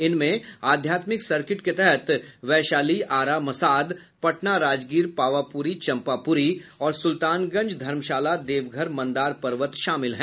इनमें अध्यात्मिक सर्किट के तहत वैशाली आरा मसाद पटना राजगीर पावापुरी चंपापुरी और सुल्तानगंज धर्मशाला देवघर मंदार पर्वत शामिल हैं